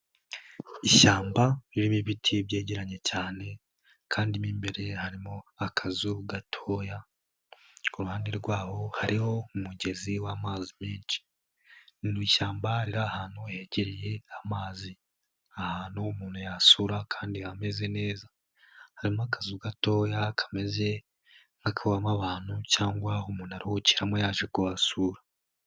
Ishyamba ririmo ibiti byegeranye cyane kandi mo imbere harimo akazu gatoya, ku ruhande rwaho hariho umugezi wamazi menshi mu ishyamba, riri ahantu hehegereye amazi, ahantu umuntu yasura kandi hameze neza, harimo akanzu gatoya kameze nk'akabamo abantu cyangwa umuntu aruhukiramo yaje kuhasura.